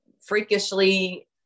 freakishly